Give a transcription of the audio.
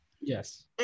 Yes